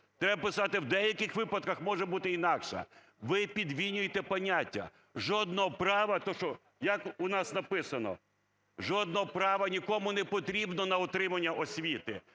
Треба писати: "в деяких випадках може бути інакша". Ви підмінюєте поняття. Жодного права, те, що як у нас написано, жодного права нікому непотрібно на отримання освіти,